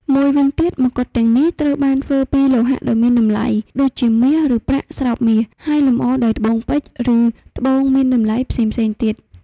មួយវិញទៀតមកុដទាំងនេះត្រូវបានធ្វើពីលោហៈដ៏មានតម្លៃ ដូចជាមាស ឬប្រាក់ស្រោបមាស ហើយលម្អដោយត្បូងពេជ្រ ឬត្បូងមានតម្លៃផ្សេងៗទៀត។